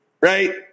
right